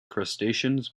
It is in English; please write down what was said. crustaceans